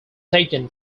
taken